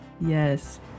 Yes